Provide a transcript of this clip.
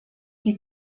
die